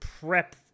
prep